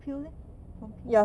pill leh from pill